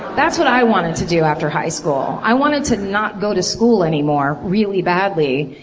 that's what i wanted to do after high school. i wanted to not go to school anymore, really badly.